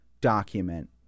document